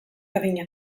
adina